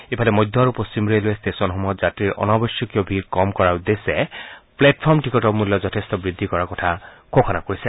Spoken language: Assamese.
ইফালে মধ্য আৰু পশ্চিম ৰেলৱে ষ্টেশ্যনসমূহত যাত্ৰী অনাৱশ্যকীয় ভিৰ কম কৰাৰ উদ্দেশ্যে প্লেটফৰ্ম টিকটৰ মূল্য যথেষ্ট বৃদ্ধি কৰাৰ কথা ঘোষণা কৰিছে